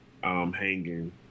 hanging